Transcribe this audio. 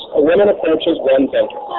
a woman approaches and